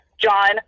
John